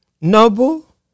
noble